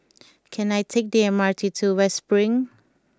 can I take the M R T to West Spring